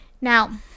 Now